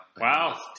Wow